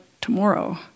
tomorrow